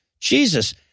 Jesus